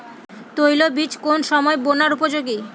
তৈল বীজ কোন সময় বোনার উপযোগী?